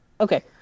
Okay